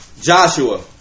Joshua